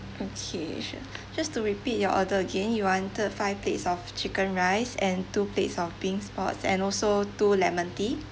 okay sure just to repeat your order again you wanted five plates of chicken rice and two plate of bean sprouts and also two lemon tea